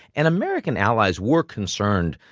and american allies were concerned,